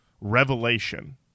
revelation